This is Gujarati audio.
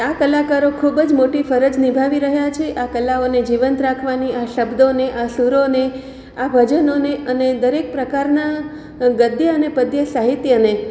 આ કલાકારો ખૂબ જ મોટી ફરજ નિભાવી રહ્યા છે આ કલાઓને જીવંત રાખવાની આ શબ્દોને આ સુરોને આ ભજનોને અને દરેક પ્રકારના ગદ્ય અને પદ્ય સાહિત્યને